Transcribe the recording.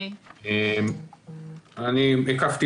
יש חיסונים